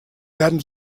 werden